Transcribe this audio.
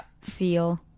feel